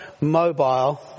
mobile